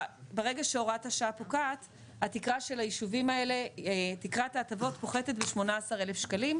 ברגע שהוראת השעה פוקעת תקרת ההטבות פוחתת ב-18,000 שקלים,